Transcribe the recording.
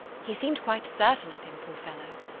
he seemed quite certain of him. poor fellow!